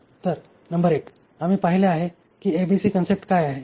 तर नंबर 1 आम्ही पाहिले आहे की एबीसी कन्सेप्ट काय आहे